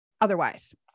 otherwise